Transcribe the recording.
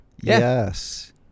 Yes